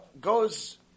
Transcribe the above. goes